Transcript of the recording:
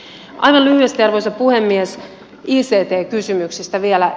aivan lyhyesti arvoisa puhemies ict kysymyksistä vielä